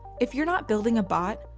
if you're not building a bot,